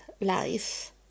life